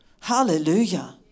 hallelujah